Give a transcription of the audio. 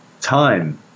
time